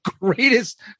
greatest